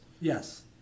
Yes